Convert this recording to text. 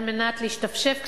על מנת להשתפשף קצת.